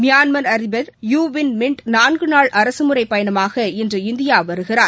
Myanmar அதிபர் U Win Myint நான்கு நாள் அரசுமுறைப் பயணமாக இன்று இந்தியா வருகிறார்